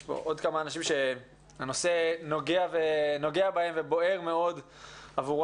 יש פה עוד כמה אנשים שהנושא נוגע בהם ובוער מאוד עבורם.